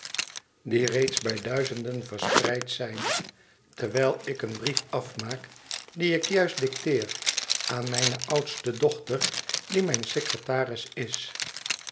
die reeds bij duizenden verspreid zijn terwijl ik een brief afmaak dien ik juist dicteer aan mijne oudste dochter die mijn secretaris is